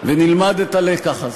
ונלמד את הלקח הזה,